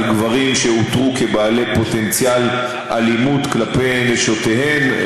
גברים שאותרו כבעלי פוטנציאל לאלימות כלפי נשותיהם,